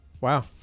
wow